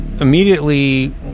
immediately